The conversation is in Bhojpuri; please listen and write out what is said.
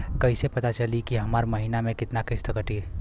कईसे पता चली की हमार महीना में कितना किस्त कटी?